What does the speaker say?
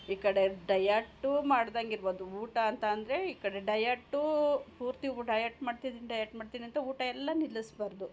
ಈ ಕಡೆ ಡಯಟು ಮಾಡ್ದಂಗೆ ಇರಬಾರ್ದು ಊಟ ಅಂತ ಅಂದರೆ ಈ ಕಡೆ ಡಯಟೂ ಪೂರ್ತಿ ಡಯಟ್ ಮಾಡ್ತಿದ್ದೀನಿ ಡಯಟ್ ಮಾಡ್ತಿದ್ದೀನಿ ಅಂತ ಊಟ ಎಲ್ಲ ನಿಲ್ಲಿಸಬಾರ್ದು